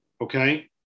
okay